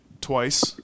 twice